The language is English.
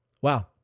Wow